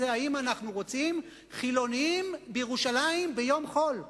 היא אם אנחנו רוצים חילונים בירושלים ביום חול,